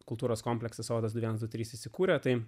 kultūros komplektas odos gyventų trys įsikūrę tai